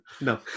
No